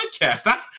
podcast